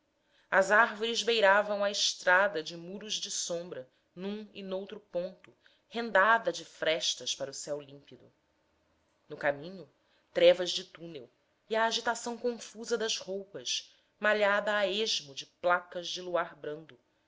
as árvores beiravam a estrada de muros de sombra num e noutro ponto rendada de frestas para o céu límpido no caminho trevas de túnel e agitação confusa das roupas malhada a esmo de placas de luar brando